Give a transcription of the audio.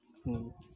وہ